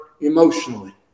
emotionally